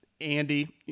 Andy